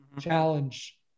challenge